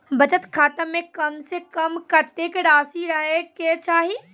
बचत खाता म कम से कम कत्तेक रासि रहे के चाहि?